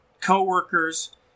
coworkers